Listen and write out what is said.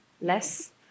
less